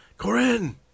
Corin